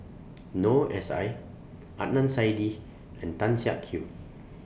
Noor S I Adnan Saidi and Tan Siak Kew